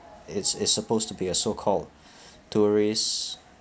it's it's supposed to be a so called tourist